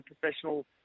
professional